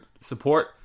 support